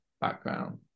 background